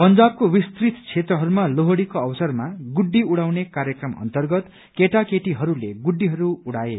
पंजाबको विस्तृत क्षेत्रहस्मा लोहड़ीको अवसरमा गुड्डी उड़ाउने कार्यक्रम अन्तर्गत केटा केटीहरूले गुड्डीहरू उड़ाए